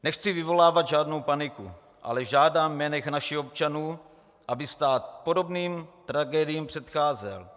Nechci vyvolávat žádnou paniku, ale žádám jménem našich občanů, aby stát podobným tragédiím předcházel.